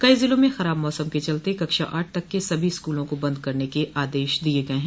कई जिलों में खराब मौसम के चलते कक्षा आठ तक के सभी स्कूलों को बंद करने के आदेश दिये गये हैं